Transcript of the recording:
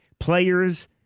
players